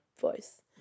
voice